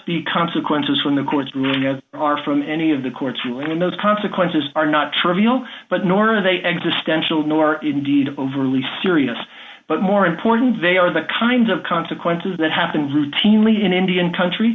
be consequences when the courts are from any of the courts when those consequences are not trivial but nor are they existential nor indeed overly serious but more important they are the kind of consequences that happen routinely in indian country